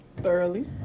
thoroughly